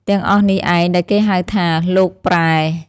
ទាំងអស់នេះឯង ដែលគេហៅថា “លោកប្រែ” ។